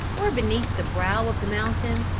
or beneath the brow of the mountain,